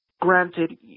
Granted